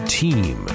team